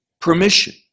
permission